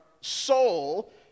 soul